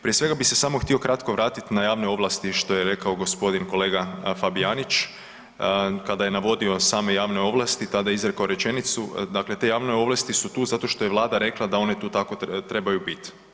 Prije svega bi se htio samo kratko vratiti na javne ovlasti što je rekao gospodin kolega Fabijanić kada je navodio same javne ovlasti tada je izrekao rečenicu, dakle te javne ovlasti su tu zato što je Vlada rekla da one tu tako trebaju biti.